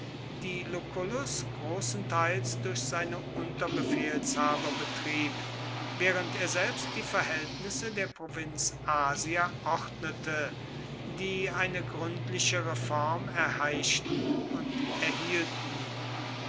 die lucullus großenteils durch seine unterbefehlshaber betrieb während er selbst die verhältnisse der provinz asia ordnete die eine gründliche reform erheischten und erhielten